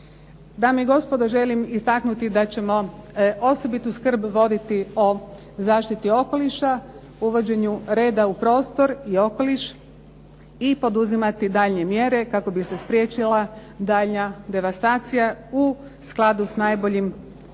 Dame i gospodo, želim istaknuti da ćemo osobitu skrb voditi o zaštiti okoliša, uvođenju reda u prostor i okoliš i poduzimati daljnje mjere kako bi se spriječila daljnja devastacija u skladu s najboljim europskim